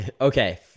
Okay